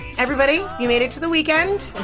everybody. you made it to the weekend.